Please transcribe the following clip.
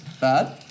Bad